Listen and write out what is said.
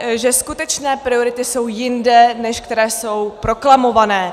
Je vidět, že skutečné priority jsou jinde, než které jsou proklamované.